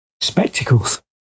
spectacles